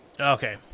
Okay